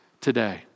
today